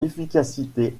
efficacité